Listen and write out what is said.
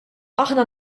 aħna